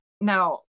now